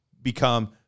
become